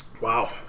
Wow